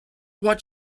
what